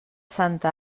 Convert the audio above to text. santa